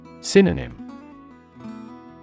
Synonym